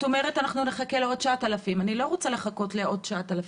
את אומרת שנחכה לעוד 9,000. אני לא רוצה לחכות לעוד 9,000,